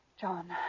John